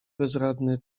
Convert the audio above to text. bezradny